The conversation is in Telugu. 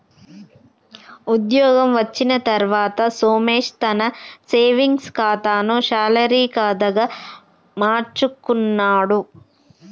ఉద్యోగం వచ్చిన తర్వాత సోమేశ్ తన సేవింగ్స్ కాతాను శాలరీ కాదా గా మార్చుకున్నాడు